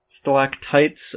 stalactites